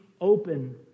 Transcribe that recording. open